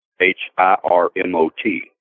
H-I-R-M-O-T